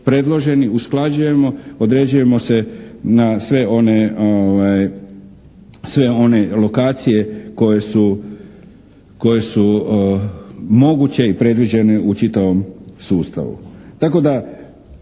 usklađujemo, određujemo se na sve one lokacije koje su moguće i predviđene u čitavom sustavu,